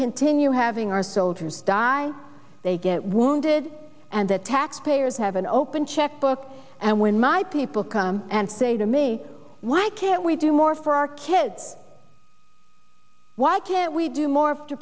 continue having our soldiers die they get wounded and the taxpayers have an open checkbook and when my people come and say to me why can't we do more for our kids why can't we do more to